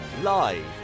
live